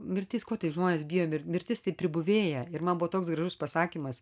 mirtis ko taip žmonės bijo mirtis tai pribuvėja ir man buvo toks gražus pasakymas